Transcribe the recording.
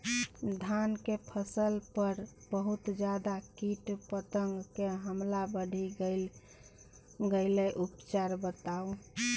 धान के फसल पर बहुत ज्यादा कीट पतंग के हमला बईढ़ गेलईय उपचार बताउ?